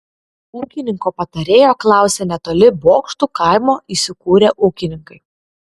ūkininko patarėjo klausė netoli bokštų kaimo įsikūrę ūkininkai